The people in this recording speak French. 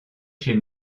chez